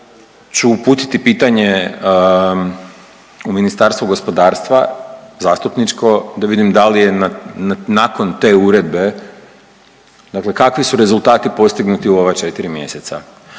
ću uputiti pitanje u Ministarstvo gospodarstva zastupničko da vidim da li je nakon te uredbe, dakle kakvi su rezultati postignuti u ova 4 mjeseca.